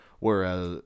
Whereas